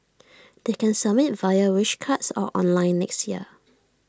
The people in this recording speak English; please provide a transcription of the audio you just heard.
they can submit via wish cards or online next year